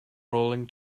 rolling